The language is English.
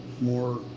more